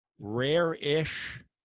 rare-ish